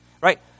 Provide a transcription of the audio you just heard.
Right